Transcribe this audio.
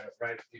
right